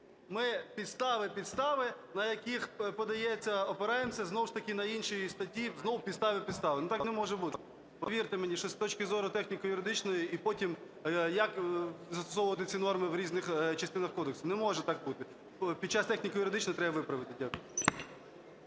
Ми – підстави, підстави, на яких подається… опираємося знову ж таки на інші статті, знову – підстави, підстави. Так не може бути. Повірте мені, що з точки зору техніко-юридичної… І потім, як засовувати ці норми в різних частинах кодексу? Не може так бути. Під час техніко-юридичної треба виправити. Дякую.